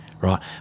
right